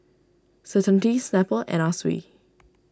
Certainty Snapple Anna Sui